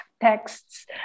texts